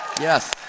yes